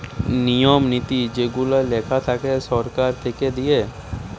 নিয়ম নীতি যেগুলা লেখা থাকে সরকার থেকে দিয়ে